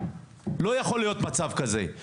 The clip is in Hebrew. לא יכול להיות מצב כזה.